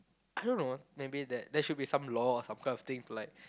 I don't know maybe there there should be some law or some kind of thing to like